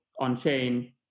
on-chain